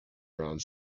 around